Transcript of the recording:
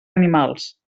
animals